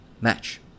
match